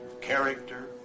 character